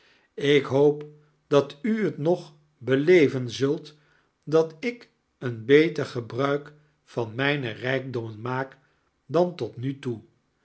ik hoop dat u t nog beleven zult dat ik een beter gebruik van mijne rijkdommen maak dan tot nu toe